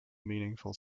meaningful